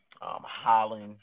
Holland